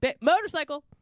Motorcycle